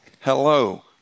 hello